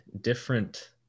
different